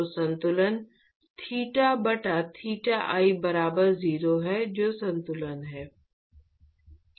तो संतुलन थीटा बटा थीटा i बराबर 0 है जो संतुलन है